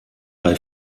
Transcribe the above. bei